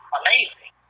amazing